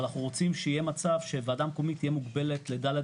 אבל אנחנו רוצים שיהיה מצב שוועדה מקומית תהיה מוגבלת לדלת